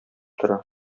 тора